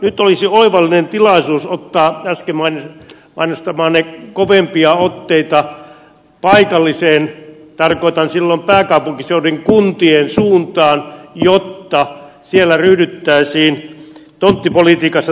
nyt olisi oivallinen tilaisuus ottaa äsken mainostamianne kovempia otteita paikalliseen tarkoitan silloin pääkaupunkiseudun kuntien suuntaan jotta siellä ryhdyttäisiin tonttipolitiikassa toisenlaisiin otteisiin